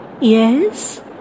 Yes